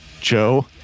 Joe